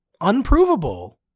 Unprovable